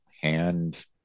hand